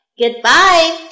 Goodbye